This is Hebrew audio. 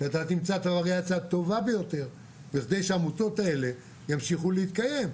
שאתה תמצא את הווריאציה הטובה ביותר בכדי שהעמותות האלה ימשיכו להתקיים.